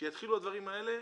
כשיתחילו הדברים האלה,